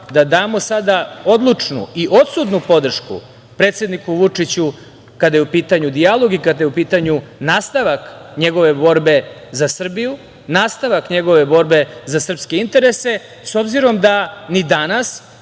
da damo sada odlučnu i odsudnu podršku predsedniku Vučiću kada je u pitanju dijalog i kada je u pitanju nastavak njegove borbe za Srbiju, nastavak njegove borbe za srpske interese, s obzirom da ni danas,